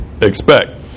expect